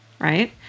Right